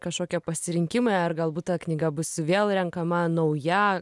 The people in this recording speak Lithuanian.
kažkokie pasirinkimai ar galbūt ta knyga bus vėl renkama nauja